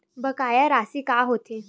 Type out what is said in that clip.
बकाया राशि का होथे?